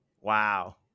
Wow